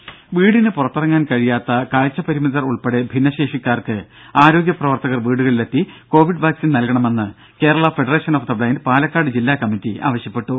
രുര വീടിന് പുറത്തിറങ്ങാൻ കഴിയാത്ത കാഴ്ച പരിമിതർ ഉൾപ്പെടെ ഭിന്നശേഷിക്കാർക്ക് ആരോഗ്യ പ്രവർത്തകർ വീടുകളിലെത്തി കോവിഡ് വാക്സിൻ നൽകണമെന്ന് Kerala federation of the blind Palakkad ജില്ലാ കമ്മിറ്റി ആവശ്യപ്പെട്ടു